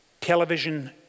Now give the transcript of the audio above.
television